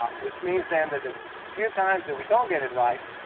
which means then, that the few times that we don't get it right,